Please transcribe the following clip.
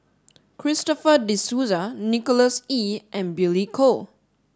Christopher De Souza Nicholas Ee and Billy Koh